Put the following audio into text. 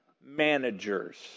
managers